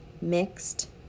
mixed